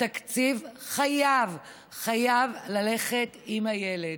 התקציב חייב ללכת עם הילד.